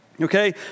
Okay